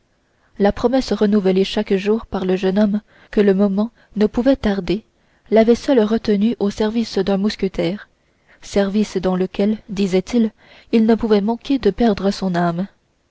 la promesse renouvelée chaque jour par le jeune homme que le moment ne pouvait tarder l'avait seule retenu au service d'un mousquetaire service dans lequel disait-il il ne pouvait manquer de perdre son âme